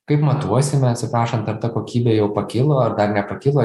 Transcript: kaip matuosime atsiprašant ar ta kokybė jau pakilo ar dar nepakilo